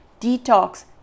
Detox